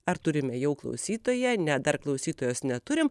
ar turime jau klausytoją ne dar klausytojos neturim